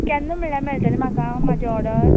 केन्ना म्हळ्यार मेळटली म्हाका म्हाजी ऑर्डर